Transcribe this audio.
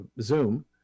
zoom